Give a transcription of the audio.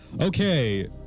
Okay